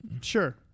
sure